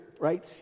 Right